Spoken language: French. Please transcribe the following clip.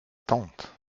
tante